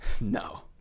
No